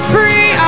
Free